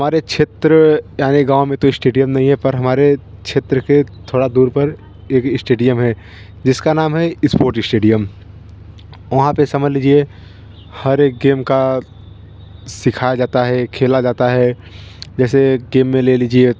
हमारे क्षेत्र याने गाँव में तो स्टेडियम नहीं है पर हमारे क्षेत्र के थोड़ा दूर पर एक स्टेडियम है जिसका नाम है इस्पोट स्टेडियम वहाँ पर समझ लीजिए हर एक गेम का सिखाया जाता है खेला जाता है जैसे गेम में ले लीजिए